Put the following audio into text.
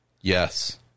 Yes